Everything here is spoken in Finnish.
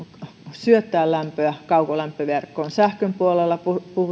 syöttää lämpöä kaukolämpöverkkoon sähkön puolella